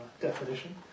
definition